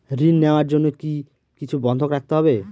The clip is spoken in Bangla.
ঋণ নেওয়ার জন্য কি কিছু বন্ধক রাখতে হবে?